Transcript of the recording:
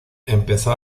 empezó